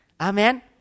Amen